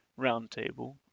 Roundtable